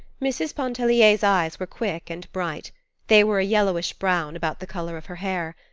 mrs. pontellier's eyes were quick and bright they were a yellowish brown, about the color of her hair.